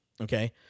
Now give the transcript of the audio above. Okay